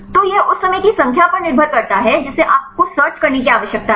तो यह उस समय की संख्या पर निर्भर करता है जिसे आपको सर्च करने की आवश्यकता है